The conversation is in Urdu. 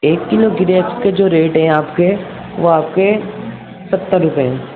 ایک کلو گریپس کے جو ریٹ ہیں آپ کے وہ آپ کے ستر روپے ہیں